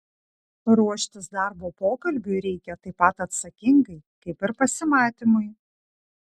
ruoštis darbo pokalbiui reikia taip pat atsakingai kaip ir pasimatymui